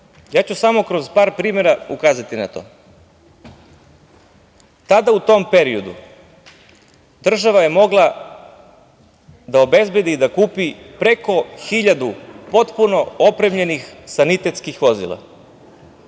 Ja ću samo kroz par primera ukazati na to. Tada u tom periodu država je mogla da obezbedi i da kupi preko hiljadu potpuno opremljenih sanitetskih vozila.